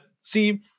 See